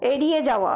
এড়িয়ে যাওয়া